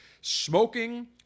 smoking